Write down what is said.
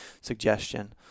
suggestion